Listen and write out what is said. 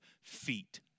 feet